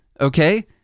Okay